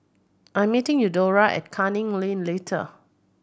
I'm meeting Eudora at Canning Lane latter